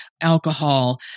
alcohol